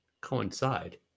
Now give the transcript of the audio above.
coincide